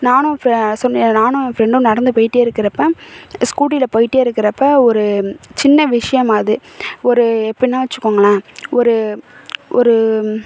நானும் ஃப சொன்னேனில்ல நானும் என் ஃபரெண்டும் நடந்து போயிகிட்டே இருக்கிறப்ப ஸ்கூட்டியில் போயிகிட்டே இருக்கிறப்ப ஒரு சின்ன விஷயம் அது ஒரு எப்படின்னா வச்சுக்கோங்களேன் ஒரு ஒரு